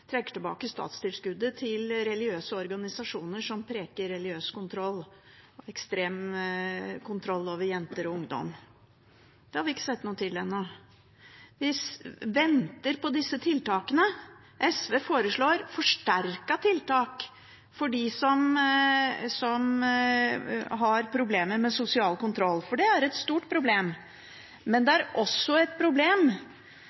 trekker tilbake statstilskuddet til religiøse organisasjoner som preker om religiøs kontroll, ekstrem kontroll over jenter og ungdom. Det har vi ikke sett noe til ennå. Vi venter på disse tiltakene. SV foreslår forsterkede tiltak for dem som har problemer med sosial kontroll, for det er et stort problem. Men det